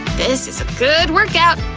this is a good workout.